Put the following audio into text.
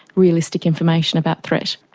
realistic information about threat.